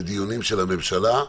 בדיונים של הממשלה.